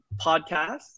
podcast